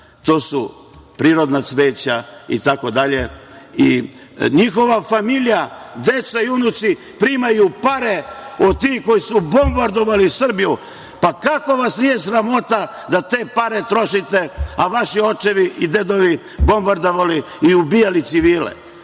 To su prirodna cveća itd. I njihova familija, deca i unuci, primaju pare od tih koji su bombardovali Srbiju. Pa, kako vas nije sramota da te pare trošite, a vaši očevi i dedovi bombardovali i ubijali civile?